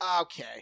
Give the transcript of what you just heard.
Okay